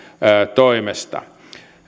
toimesta